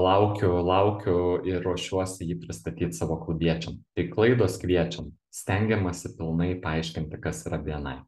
laukiu laukiu ir ruošiuosi jį pristatyt savo klubiečiam tai klaidos kviečiant stengiamasi pilnai paaiškinti kas yra bni